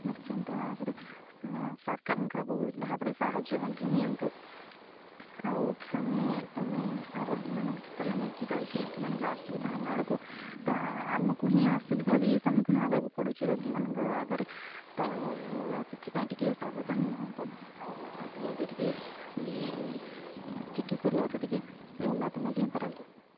ନିଶ୍ଚିନ୍ତ ଭାବରେ ଆପଣ ସରକାରଙ୍କର ବହୁଳ ଭାବରେ ସାହାଯ୍ୟ ମଧ୍ୟ ନିଅନ୍ତୁ ଆଉ ଆମେ ଆମେ ରୋଗୀମାନଙ୍କୁ ଯେତେବେଳେ ନେଇକି ଯାଉଛୁ ରୋଗୀମାନଙ୍କର ଅସୁବିଧା ହେଲା ବେଳକୁ ତ ଆମକୁ ହିଁ ଅସୁବିଧା ବି ସମ୍ମୁଖୀନ ହେବାକୁ ପଡ଼ୁଛି ରୋଗୀମାନଙ୍କ ଆଗରେ ତ ସେଥିପାଇଁ ଟିକେ ସାବଧାନ ରୁହନ୍ତୁ ଆଉ ଜଲ୍ଦି ଜଲ୍ଦି ଟିକେ ଚିକିତ୍ସାଳୟର ଟିକେ ଉନ୍ନତ ମଧ୍ୟ କରନ୍ତୁ